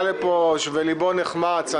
באו לפה כשליבם נחמץ.